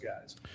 guys